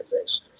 face